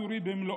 דיקטטורי במלואו.